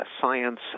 science